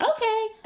okay